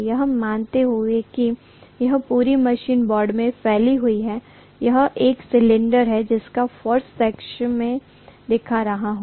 यह मानते हुए कि यह पूरी मशीन बोर्ड में फैली हुई है यह एक सिलेंडर है जिसका क्रॉस सेक्शन मैं दिखा रहा हूं